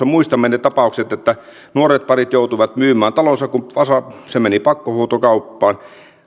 muistamme ne tapaukset että nuoretparit joutuivat myymään talonsa kun ne menivät pakkohuutokauppaan